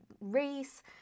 race